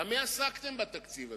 במה עסקתם בתקציב הזה?